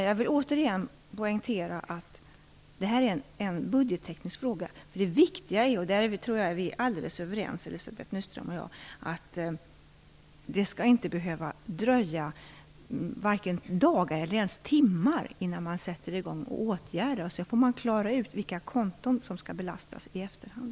Jag vill återigen poängtera att det är en budgetteknisk fråga. Det viktiga är - där tror jag att Elizabeth Nyström och jag är alldeles överens - att det inte skall behöva dröja vare sig dagar eller ens timmar innan man sätter i gång att åtgärda. Sedan får man klara ut vilka konton som skall belastas i efterhand.